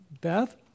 Beth